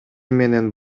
менен